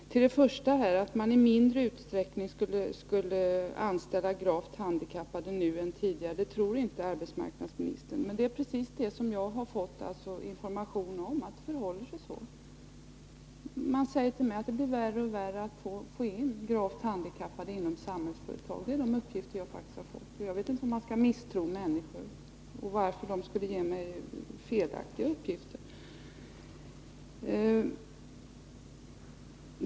Herr talman! Arbetsmarknadsministern tror inte att man nu i mindre utsträckning än tidigare skulle anställa gravt handikappade. Men jag har fått information om att det förhåller sig på precis det sättet. Man säger till mig att det blir värre och värre att få in gravt handikappade inom Samhällsföretag. Det är faktiskt de uppgifter jag har fått. Jag vet inte om man skall misstro människor, och jag förstår inte varför de skulle ge mig felaktiga uppgifter.